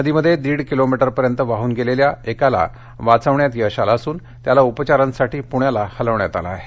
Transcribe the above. नदीमध्ये दीड किलोमीटरपर्यंत वाहन गेलेल्या एकाला वाचविण्यात यश आलं असुन त्याला उपचारांसाठी पृण्याला हलविण्यात आलं आहे